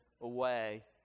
away